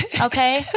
Okay